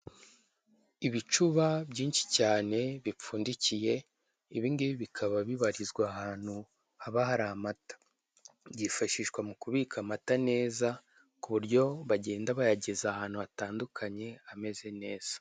Ibicuba byinshi cyane bipfundikiye, ibi ngibi bikaba bibarizwa ahantu haba hari amata. Byifashishwa mu kubika amata neza ku buryo bagenda bayageza ahantu hatandukanye ameze neza.